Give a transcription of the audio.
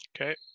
Okay